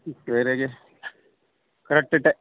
correct time